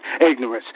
ignorance